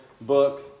book